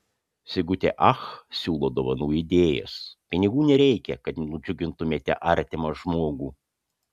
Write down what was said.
sigutė ach siūlo dovanų idėjas pinigų nereikia kad nudžiugintumėte artimą žmogų